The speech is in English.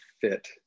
fit